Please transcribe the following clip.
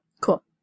Cool